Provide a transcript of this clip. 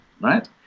right